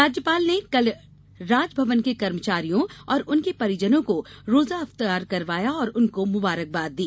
राज्यपाल ने कल राजभवन के कर्मचारियों और उनके परिजनों को रोज इफ्तार कराया और उनको मुबारकबाद दी